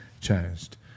changed